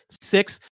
six